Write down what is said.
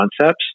concepts